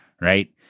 right